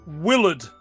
Willard